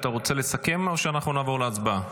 אתה רוצה לסכם או שאנחנו נעבור להצבעה?